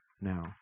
now